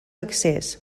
accés